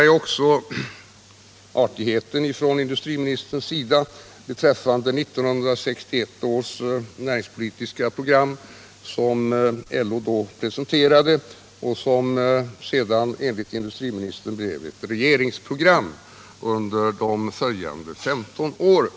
Jag noterade industriministerns artighet beträffande det näringspolitiska program som LO presenterade 1961 och som enligt industriministern blev ett regeringsprogram under de följande 15 åren.